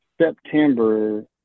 September